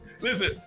listen